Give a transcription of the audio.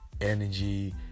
energy